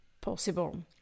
possible